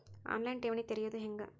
On line ಠೇವಣಿ ತೆರೆಯೋದು ಹೆಂಗ?